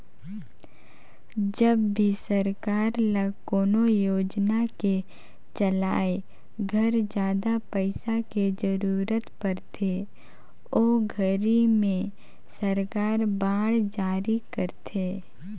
जब भी सरकार ल कोनो योजना के चलाए घर जादा पइसा के जरूरत परथे ओ घरी में सरकार बांड जारी करथे